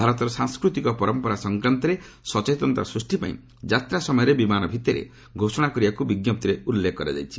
ଭାରତର ସାଂସ୍କୃତିକ ପରମ୍ପରା ସଂକ୍ୱାନ୍ତରେ ସଚେତନତା ସୃଷ୍ଟି ପାଇଁ ଯାତ୍ରା ସମୟରେ ବିମାନ ଭିତରେ ଘୋଷଣା କରିବାକୁ ବିଞ୍ଜପ୍ତିରେ ଉଲ୍ଲେଖ କରାଯାଇଛି